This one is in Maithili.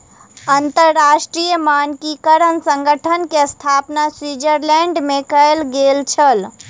अंतरराष्ट्रीय मानकीकरण संगठन के स्थापना स्विट्ज़रलैंड में कयल गेल छल